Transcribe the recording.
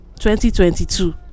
2022